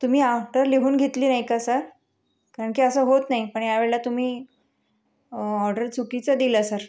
तुमी ऑडर लिहून घेतली नाही का सर कारण की असं होत नाही पण ह्या वेळेला तुम्ही ऑर्डर चुकीचं दिलं सर